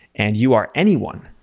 and you are anyone.